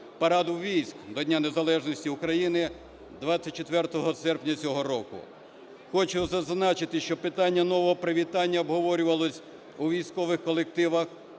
параду військ до Дня незалежності України 24 серпня цього року. Хочу зазначити, що питання нового привітання обговорювалося у військових колективах